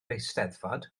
eisteddfod